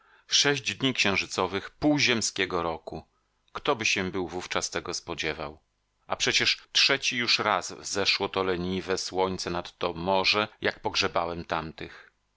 sześć dni księżycowych pół ziemskiego roku kto by się był wówczas tego spodziewał a przecież trzeci już raz wzeszło to leniwe słońce nad to morze jak pogrzebałem tamtych